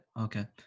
okay